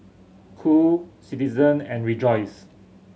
Qoo Citizen and Rejoice